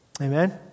Amen